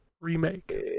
remake